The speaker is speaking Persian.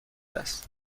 است